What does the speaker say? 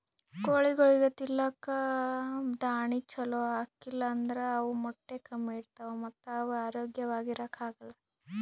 ಕೋಳಿಗೊಳಿಗ್ ತಿಲ್ಲಕ್ ದಾಣಿ ಛಲೋ ಹಾಕಿಲ್ ಅಂದ್ರ ಅವ್ ಮೊಟ್ಟೆ ಕಮ್ಮಿ ಇಡ್ತಾವ ಮತ್ತ್ ಅವ್ ಆರೋಗ್ಯವಾಗ್ ಇರಾಕ್ ಆಗಲ್